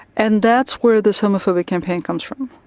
and that's where this homophobic campaign comes from.